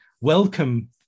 welcome